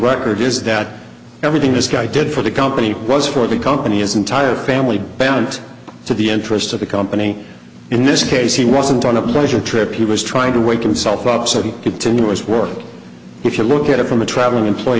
writers is that everything this guy did for the company was for the company as entire family balance to the interest of the company in this case he wasn't on a pleasure trip he was trying to wake himself up some continuous work if you look at it from a traveling employee